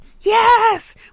yes